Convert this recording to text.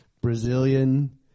Brazilian